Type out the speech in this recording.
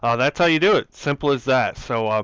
ah that's how you do it simple as that. so, um